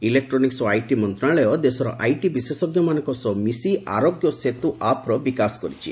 electronic ଓ IT ମନ୍ତ୍ରଣାଳୟ ଦେଶର ଆଇଟି ବିଶେଷଜ୍ଞମାନଙ୍କ ସହ ମିଶି ଆରୋଗ୍ୟ ସେତୁ ଆପ୍ର ବିକାଶ କରିଛି